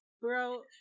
Bro